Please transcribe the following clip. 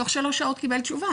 תוך שלוש שעות קיבל תשובה.